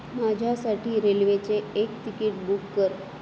माझ्यासाठी रेल्वेचे एक तिकीट बुक कर